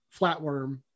flatworm